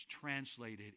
translated